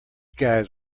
guys